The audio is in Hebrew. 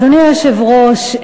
אדוני היושב-ראש,